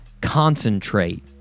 concentrate